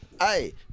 Hey